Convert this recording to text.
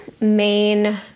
main